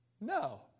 No